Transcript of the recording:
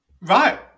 Right